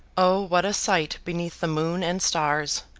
o what a sight beneath the moon and stars,